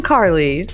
Carly